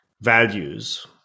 values